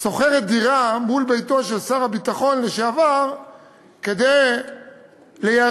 שוכרת דירה מול ביתו של שר הביטחון לשעבר כדי ליירט